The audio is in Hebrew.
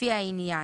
לפי העניין.